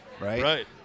right